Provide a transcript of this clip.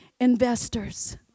investors